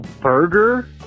burger